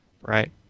Right